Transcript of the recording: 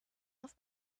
off